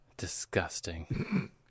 disgusting